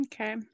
Okay